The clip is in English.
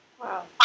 Wow